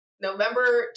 November